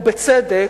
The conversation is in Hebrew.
ובצדק,